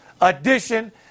edition